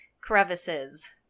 crevices